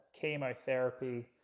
chemotherapy